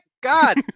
God